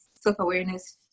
self-awareness